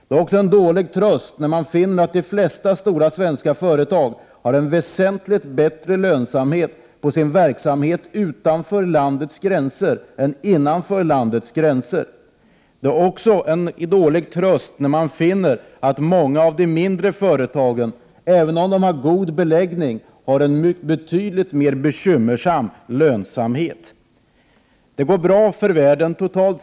Det är också en dålig tröst när man finner att de flesta stora svenska företag har väsentligt bättre lönsamhet på sin verksamhet utanför än innanför landets gränser. Det är också en dålig tröst när man finner att många av de mindre företagen, även om de har god beläggning, har en betydligt mer bekymmersam lönsamhet. Totalt sett går det bra för världen i dag.